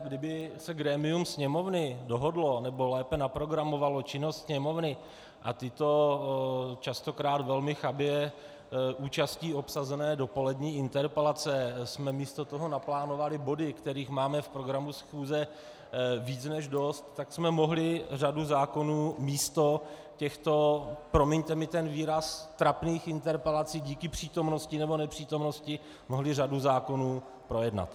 Kdyby se grémium Sněmovny dohodlo nebo lépe naprogramovalo činnost Sněmovny a tyto častokrát velmi chabě účastí obsazené dopolední interpelace jsme místo toho naplánovali body, kterých máme v programu schůze více než dost, tak jsme mohli řadu zákonů místo těchto promiňte mi ten výraz trapných interpelací díky přítomnosti nebo nepřítomnosti, mohli řadu zákonů projednat.